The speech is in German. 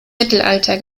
mittelalter